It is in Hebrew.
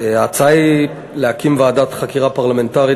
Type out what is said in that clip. ההצעה היא להקים ועדת חקירה פרלמנטרית